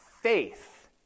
faith